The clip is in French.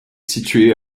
situé